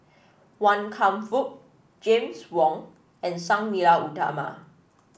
Wan Kam Fook James Wong and Sang Nila Utama